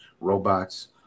robots